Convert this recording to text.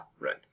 right